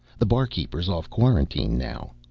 the barkeeper's off quarantine now.